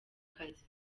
kazi